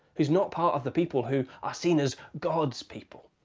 who's not part of the people who are seen as god's people.